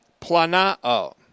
Planao